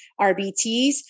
RBTs